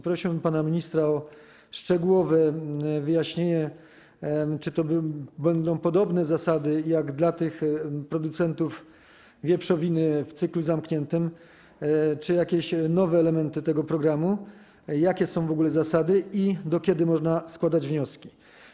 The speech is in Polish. Prosiłbym pana ministra o szczegółowe wyjaśnienie, czy to będą podobne zasady jak dla producentów wieprzowiny w cyklu zamkniętym, czy jakieś nowe elementy tego programu, jakie są w ogóle zasady i do kiedy można składać wnioski.